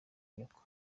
nyoko